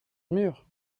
mur